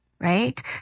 Right